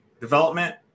development